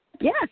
Yes